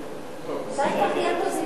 שלא לכלול את הנושא